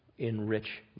Enrich